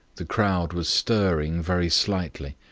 the crowd was stirring very slightly.